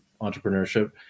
entrepreneurship